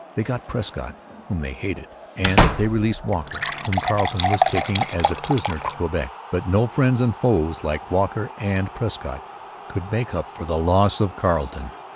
they got prescott, whom they hated and they released walker, whom carleton was taking as a prisoner to quebec. but no friends and foes like walker and prescott could make up for the loss of carleton,